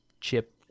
chip